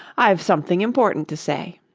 i've something important to say